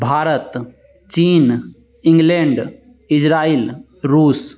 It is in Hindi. भारत चीन इंग्लैंड इज़राइल रूस